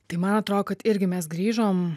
tai man atrodo kad irgi mes grįžom